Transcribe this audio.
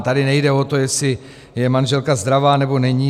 Tady nejde o to, jestli je manželka zdravá, nebo není.